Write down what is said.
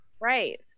Right